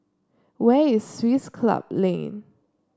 where is Swiss Club Lane